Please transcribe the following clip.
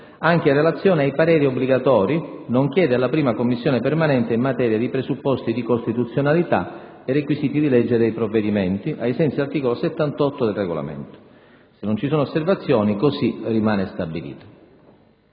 anche in relazione agli eventuali pareri obbligatori, nonché della 1a Commissione permanente in materia di presupposti di costituzionalità e di requisiti di legge dei provvedimenti, ai sensi dell'articolo 78 del Regolamento. Se non ci sono osservazioni, così rimane stabilito.